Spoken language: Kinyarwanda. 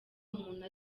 umuntu